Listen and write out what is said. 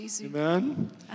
Amen